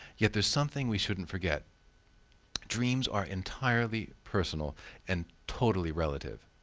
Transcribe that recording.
yet there is something we shouldn't forget dreams are entirely personal and totally relative.